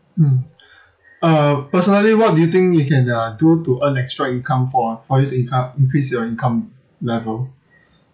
mm uh personally what do you think you can uh do to earn extra income for for you to income increase your income level